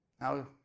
Now